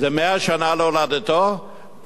זה 100 שנה להולדתו, כמו בגין?